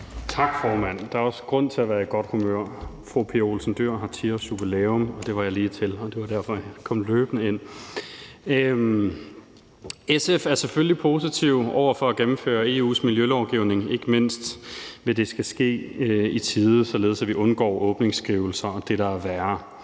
Tak, formand. Der er også grund til at være i godt humør. Fru Pia Olsen Dyhr har 10-årsjubilæum, og det var jeg lige til, og det var derfor, jeg kom løbende ind. SF er selvfølgelig positive over for at gennemføre EU's miljølovgivning og ikke mindst, at det skal ske i tide, således at vi undgår åbningsskrivelser og det, der er værre.